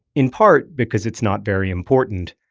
in part because it's not very important,